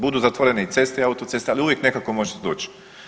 Budu zatvorene i ceste i autoceste ali uvijek nekako možete doći.